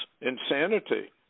insanity